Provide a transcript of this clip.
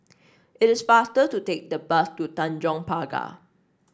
it is faster to take the bus to Tanjong Pagar